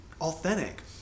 authentic